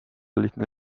lihtne